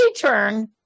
turn